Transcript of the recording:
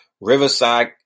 Riverside